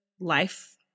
life